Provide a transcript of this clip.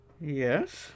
Yes